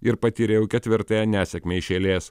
ir patyrė jau ketvirtąją nesėkmę iš eilės